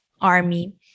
army